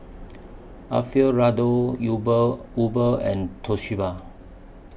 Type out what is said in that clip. Alfio Raldo Uber Uber and Toshiba